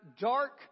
dark